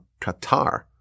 Qatar